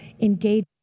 engage